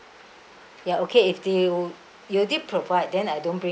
ya okay if you you already provide then I don't bring